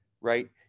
right